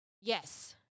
yes